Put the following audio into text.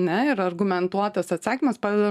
ne ir argumentuotas atsakymas padeda